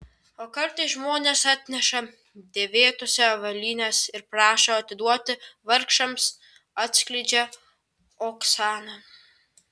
o kartais žmonės atneša dėvėtos avalynės ir prašo atiduoti vargšams atskleidžia oksana